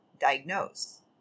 diagnose